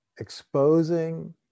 Exposing